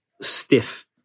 stiff